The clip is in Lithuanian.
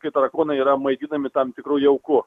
kai tarakonai yra maitinami tam tikru jauku